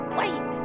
wait